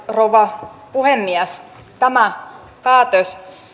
rouva puhemies tämä päätös